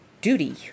duty